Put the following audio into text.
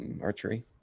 Archery